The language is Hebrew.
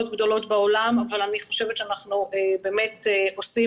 גדולות בעולם אבל אני חושבת שאנחנו באמת עושים